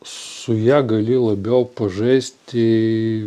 su ja gali labiau pažaisti